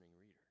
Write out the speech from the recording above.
reader